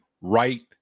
right